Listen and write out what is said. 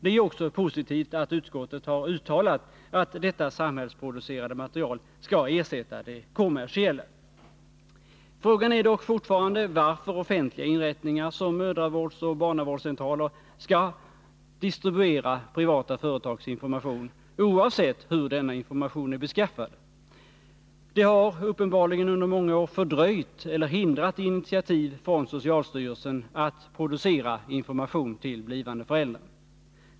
Det är också positivt att utskottet har uttalat att detta samhällsproducerade material skall ersätta det kommersiella. Frågan är dock fortfarande varför offentliga inrättningar som mödraoch barnavårdscentraler skall distribuera privata företags information, oavsett hur denna information är beskaffad. Det har uppenbarligen under många år fördröjt eller hindrat initiativ från socialstyrelsen att producera information till blivande föräldrar.